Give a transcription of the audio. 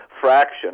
fraction